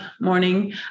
morning